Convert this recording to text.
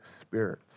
Spirit